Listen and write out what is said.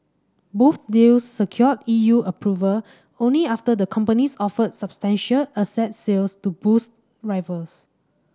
most deals secured E U approval only after the companies offered substantial asset sales to boost rivals